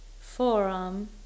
forearm